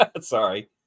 Sorry